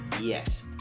Yes